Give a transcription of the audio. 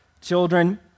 children